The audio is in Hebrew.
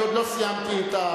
אני עוד לא סיימתי את,